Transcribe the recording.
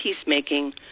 peacemaking